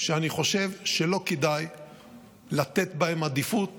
שאני חושב שלא כדאי לתת בהם עדיפות